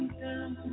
down